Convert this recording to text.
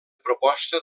proposta